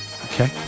Okay